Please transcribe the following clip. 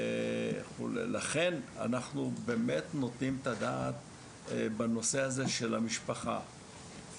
לכן אנחנו נותנים את הדעת בנושא הזה של המשפחה.